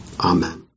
Amen